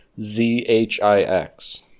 Z-H-I-X